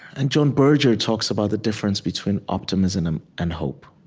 and john berger talks about the difference between optimism and hope.